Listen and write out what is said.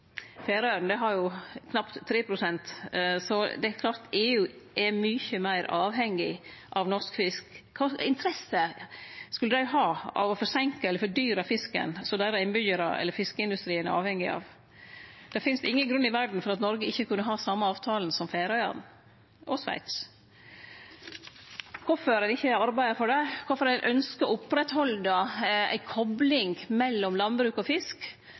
klart at EU er mykje meir avhengig av norsk fisk. Kva interesse skulle dei ha av å forseinke eller fordyre fisken som deira innbyggjarar og fiskeindustrien er avhengige av? Det finst ingen grunn i verda for at Noreg ikkje kunne ha den same avtalen som Færøyane og Sveits. Kvifor ein ikkje arbeider for det, kvifor ein ynskjer å oppretthalde ei kopling mellom landbruk og fisk